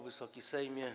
Wysoki Sejmie!